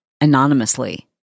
anonymously